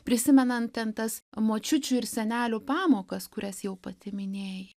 prisimenant ten tas močiučių ir senelių pamokas kurias jau pati minėjai